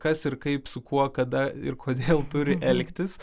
kas ir kaip su kuo kada ir kodėl turi elgtis